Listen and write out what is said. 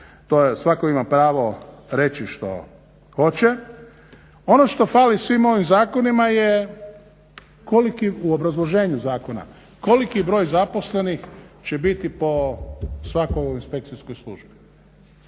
svatko ima pravo reći što hoće. Ono što fali svim ovim zakonima je koliki u obrazloženju zakona, koliki broj zaposlenih će biti po svakoj ovoj inspekcijskoj službi.